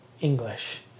English